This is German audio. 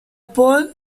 pole